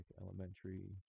elementary